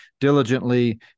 diligently